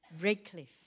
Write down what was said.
Redcliffe